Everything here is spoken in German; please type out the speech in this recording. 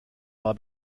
war